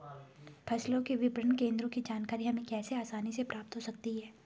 फसलों के विपणन केंद्रों की जानकारी हमें कैसे आसानी से प्राप्त हो सकती?